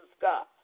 God